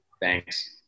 Thanks